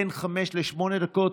להפסקה של בין חמש לשמונה דקות.